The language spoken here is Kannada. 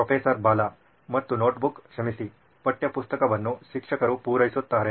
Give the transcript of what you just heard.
ಪ್ರೊಫೆಸರ್ ಬಾಲಾ ಮತ್ತು ನೋಟ್ಬುಕ್ ಕ್ಷಮಿಸಿ ಪಠ್ಯಪುಸ್ತಕವನ್ನು ಶಿಕ್ಷಕರು ಪೂರೈಸುತ್ತಾರೆ